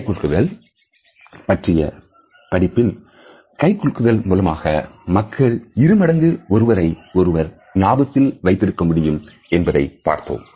கை குலுக்குதல் பற்றிய படிப்பில் கை குலுக்குதல் மூலமாக மக்கள் இருமடங்கு ஒருவரை ஞாபகத்தில் வைத்திருக்க முடியும் என்பதைப் பார்த்தோம்